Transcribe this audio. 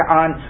on